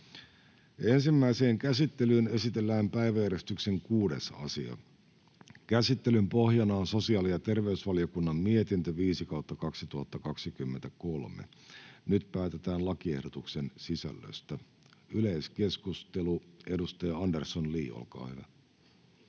Ensimmäiseen käsittelyyn esitellään päiväjärjestyksen 6. asia. Käsittelyn pohjana on sosiaali- ja terveysvaliokunnan mietintö StVM 5/2023 vp. Nyt päätetään lakiehdotuksen sisällöstä. — Yleiskeskustelu, edustaja Andersson, Li, olkaa hyvä.